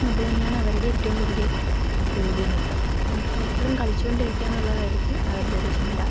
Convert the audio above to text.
അതു തന്നെയാണ് അവരുടെ ഏറ്റവും വലിയ വിനോദം എപ്പോഴും കളിച്ചുകൊണ്ടിരിക്കുക എന്നുള്ളതായിരിക്കും അവരുടെ ഒരു ചിന്ത